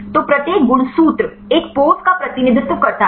तो प्रत्येक गुणसूत्र एक पोज़ का प्रतिनिधित्व करता है